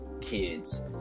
kids